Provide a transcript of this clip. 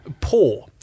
poor